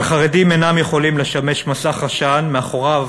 אבל חרדים אינם יכולים לשמש מסך עשן שמאחוריו